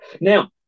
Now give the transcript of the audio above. now